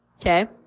Okay